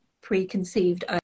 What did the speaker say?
preconceived